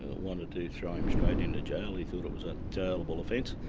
ah wanted to throw him straight into jail, he thought it was a jailable offence,